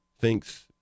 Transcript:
thinks